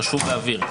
חשוב להבהיר,